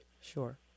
sure